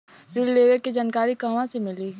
ऋण लेवे के जानकारी कहवा से मिली?